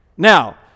Now